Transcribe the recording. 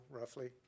roughly